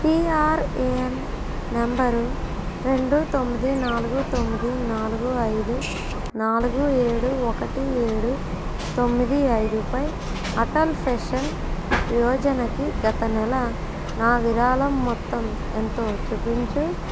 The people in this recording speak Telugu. పిఆర్ఏఎన్ నంబరు రెండు తొమ్మిది నాలుగు తొమ్మిది నాలుగు ఐదు నాలుగు ఏడు ఒకటి ఏడు తొమ్మిది ఐదు పై అటల్ ఫెషన్ యోజనకి గత నెల నా విరాళం మొత్తం ఎంతో చూపించు